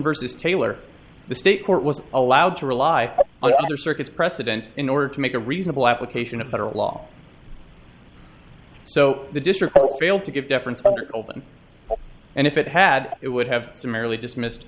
versus taylor the state court was allowed to rely on other circuits precedent in order to make a reasonable application of federal law so the district failed to give deference under open and if it had it would have summarily dismissed